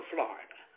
Florida